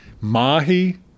mahi